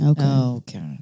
Okay